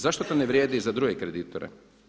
Zašto to ne vrijedi i za druge kreditore?